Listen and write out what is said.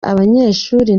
abanyeshuri